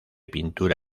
pintura